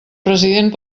president